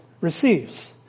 receives